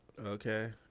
Okay